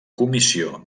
comissió